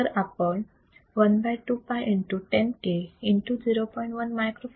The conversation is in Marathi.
तर आपण one by 2 pi into 10 k into 0